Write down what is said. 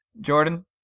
Jordan